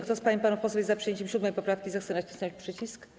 Kto z pań i panów posłów jest za przyjęciem 7. poprawki, zechce nacisnąć przycisk.